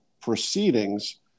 proceedings